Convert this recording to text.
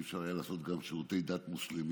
אי-אפשר היה לעשות גם שירותי דת מוסלמיים?